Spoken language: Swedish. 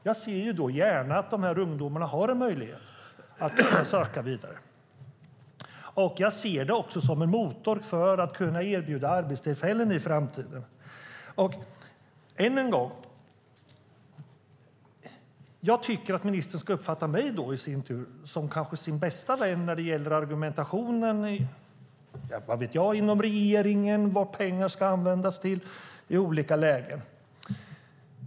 Jag ser då gärna att ungdomarna har en möjlighet att söka vidare. Jag ser det också som en motor för att erbjuda arbetstillfällen i framtiden. Jag tycker att ministern ska uppfatta mig som sin bästa vän när det gäller argumentation inom regeringen för vad pengar ska användas för i olika lägen och så vidare.